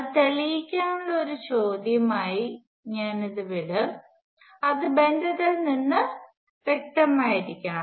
അത് തെളിയിക്കാനുള്ള ഒരു ചോദ്യം ആയി ഞാൻ ഇത് വിടും അത് ബന്ധത്തിൽ നിന്ന് വീണ്ടും വ്യക്തമായിരിക്കണം